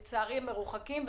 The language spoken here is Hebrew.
לצערי הם מרוחקים,